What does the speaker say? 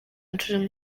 inshuro